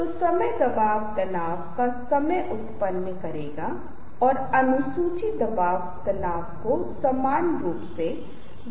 जब आप प्रस्तुति दे रहे हों तो पैरों को पार ना करें क्योंकि यह अभिमान का प्रतीक माना जा सकता है